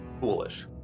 foolish